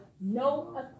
no